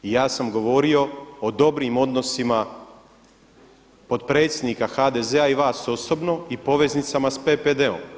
I ja sam govorio o dobrim odnosima potpredsjednika HDZ-a i vas osobno i poveznicama sa PPD-om.